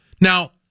Now